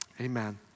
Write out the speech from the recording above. Amen